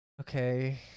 okay